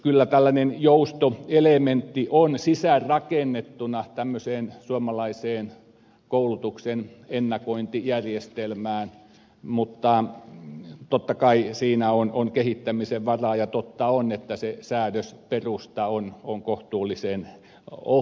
kyllä tällainen joustoelementti on sisäänrakennettuna suomalaiseen koulutuksen ennakointijärjestelmään mutta totta kai siinä on kehittämisen varaa ja totta on että se säädösperusta on kohtuullisen ohut